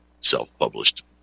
self-published